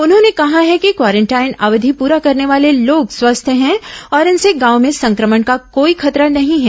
उन्होंने कहा है कि क्वारेंटाइन अवधि पूरा करने वाले लोग स्वस्थ है और इनसे गांव में संक्रमण का कोई खतरा नहीं है